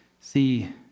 see